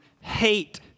hate